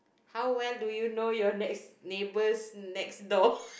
how well do you know your next neighbours next door